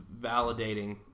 validating